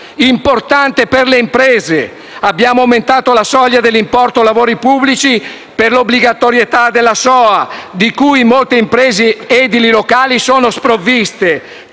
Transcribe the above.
importante per le imprese. Abbiamo aumentato la soglia dell'importo lavori pubblici per l'obbligatorietà della SOA, di cui molte imprese edili locali sono sprovviste.